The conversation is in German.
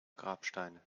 grabsteine